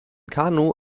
kanu